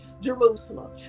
Jerusalem